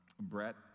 Brett